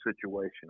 situation